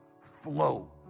flow